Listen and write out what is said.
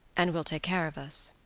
and will take care of us.